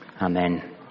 Amen